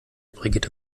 brigitte